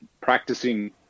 practicing